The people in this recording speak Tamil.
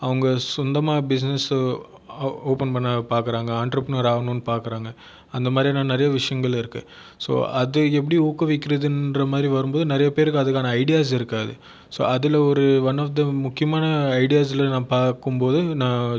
அவங்க சொந்தமாக பிஸ்னெஸ் ஓபன் பண்ண பார்க்குறாங்க என்ட்டர்ப்ரீனர் ஆகனும்னு பார்க்குறாங்க அந்த மாதிரியான நிறைய விஷயங்கள் இருக்குது சோ அது எப்படி ஊக்கவிக்கிறதுன்ற மாதிரி வரும் போது நிறைய பேருக்கு அதுக்கான ஐடியாஸ் இருக்காது சோ அதில் ஒரு முக்கியமான ஐடியாஸில் நான் பார்க்கும் போது நான்